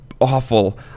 awful